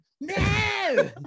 No